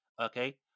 Okay